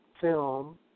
film